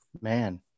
man